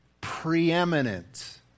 preeminent